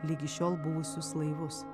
ligi šiol buvusius laivus